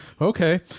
okay